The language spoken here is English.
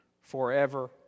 forever